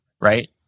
right